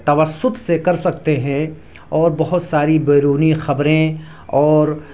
توسط سے کر سکتے ہیں اور بہت ساری بیرونی خبریں اور